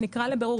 הוא נקרא לבירור.